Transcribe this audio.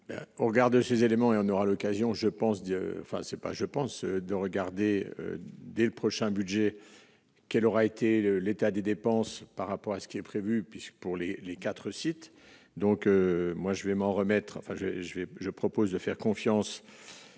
Au regard de ces éléments et on aura l'occasion, je pense, enfin c'est pas je pense, de regarder dès le prochain budget qu'elle aura été le l'état des dépenses par rapport à ce qui est prévu, puisque pour les 4 sites, donc moi je vais m'en remettre, enfin j'ai j'ai, je propose de faire confiance,